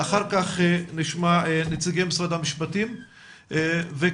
אחר כך נשמע את נציגי משרד המשפטים וכמובן,